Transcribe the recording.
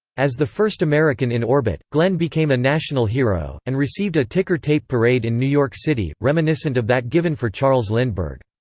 as the first american in orbit, glenn became a national hero, and received a ticker-tape parade in new york city, reminiscent of that given for charles lindbergh.